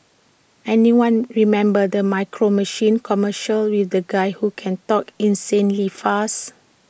anyone remember the micro machines commercials with the guy who can talk insanely fast